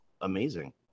amazing